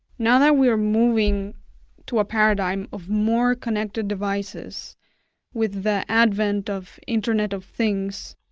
now that we are moving to a paradigm of more connected devices with the advent of internet of things,